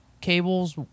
Cable's